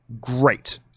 great